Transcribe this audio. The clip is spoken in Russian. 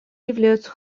являются